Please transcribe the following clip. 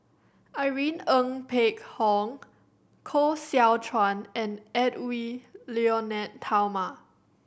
Irene Ng Phek Hoong Koh Seow Chuan and Edwy Lyonet Talma